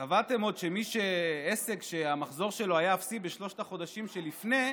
קבעתם עוד שעסק שהמחזור שלו היה אפסי בשלושת החודשים שלפני,